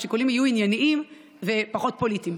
שהשיקולים יהיו ענייניים ופחות פוליטיים.